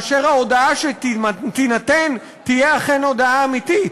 אם ההודאה שתינתן תהיה אכן הודאה אמיתית.